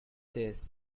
this